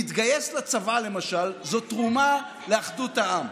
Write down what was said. להתגייס לצבא, למשל, זו תרומה לאחדות העם.